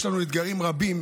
יש לנו אתגרים רבים,